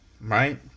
right